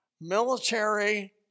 military